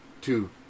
two